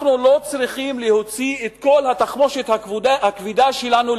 אנחנו לא צריכים להוציא את כל התחמושת הכבדה שלנו,